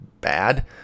bad